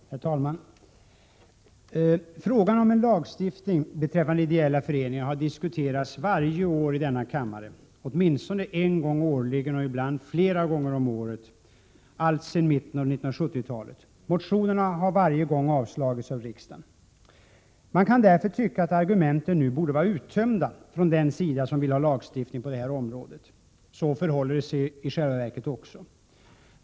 Herr talman! Frågan om lagstiftning beträffande ideella föreningar har diskuterats varje år i denna kammare — åtminstone en gång årligen och ibland flera gånger om året — alltsedan mitten av 1970-talet. Motionerna har varje gång avslagits av riksdagen. Man kan därför tycka att argumenten nu borde vara uttömda från den sida som vill ha lagstiftning på detta område. Så förhåller det sig i själva verket också.